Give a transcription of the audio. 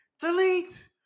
delete